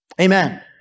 Amen